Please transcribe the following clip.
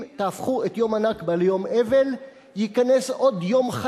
אם תהפכו את יום הנכבה ליום אבל,